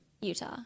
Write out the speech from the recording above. Utah